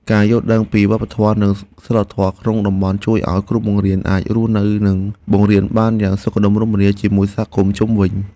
ការយល់ដឹងពីវប្បធម៌និងសីលធម៌ក្នុងតំបន់ជួយឱ្យគ្រូបង្រៀនអាចរស់នៅនិងបង្រៀនបានយ៉ាងសុខដុមរមនាជាមួយសហគមន៍ជុំវិញ។